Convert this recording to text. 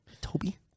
Toby